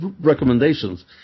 recommendations